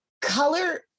color